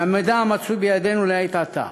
מהמידע המצוי בידנו לעת עתה